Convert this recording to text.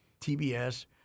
TBS –